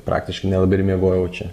praktiškai nelabai ir miegojau čia